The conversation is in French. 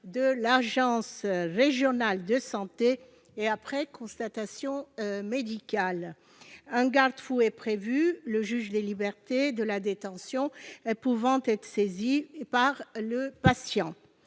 de l'agence régionale de santé et après constatation médicale. Un garde-fou est prévu, le juge des libertés et de la détention, pouvant être saisi par le patient.